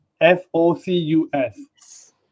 F-O-C-U-S